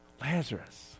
Lazarus